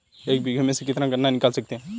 एक बीघे में से कितना गन्ना निकाल सकते हैं?